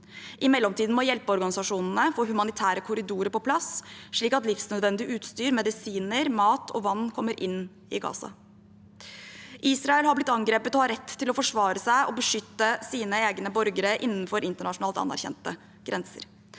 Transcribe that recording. I mellomtiden må hjelpeorganisasjonene få humanitære korridorer på plass, slik at livsnødvendig utstyr, medisiner, mat og vann kommer inn i Gaza. Israel har blitt angrepet og har rett til å forsvare seg og beskytte sine egne borgere innenfor internasjonalt anerkjente grenser,